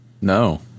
No